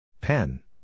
Pen